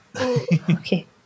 Okay